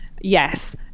yes